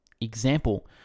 Example